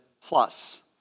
plus